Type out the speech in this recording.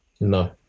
No